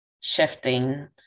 shifting